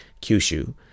Kyushu